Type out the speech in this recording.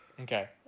Okay